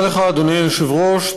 תודה לך, אדוני היושב-ראש.